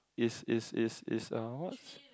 is is is is uh what